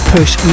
Push